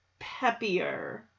peppier